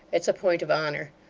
it's a point of honour.